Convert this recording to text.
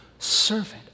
servant